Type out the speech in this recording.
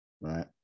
Right